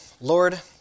Lord